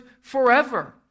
forever